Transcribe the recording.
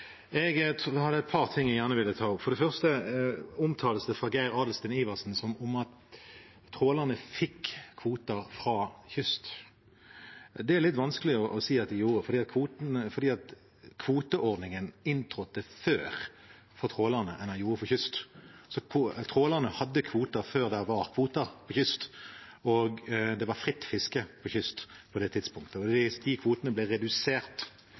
Jeg hadde et par ting jeg gjerne ville ta opp. For det første omtales det fra representanten Geir Adelsten Iversen som at trålerne fikk kvoter fra kyst. Det er det litt vanskelig å si at de gjorde, for kvoteordningen inntrådte tidligere for trålerne enn den gjorde for kyst. Så trålerne hadde kvoter før det var kvoter for kyst, og det var fritt fiske for kyst på det tidspunktet. Hvis trålernes kvoter ble redusert